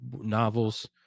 novels